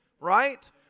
right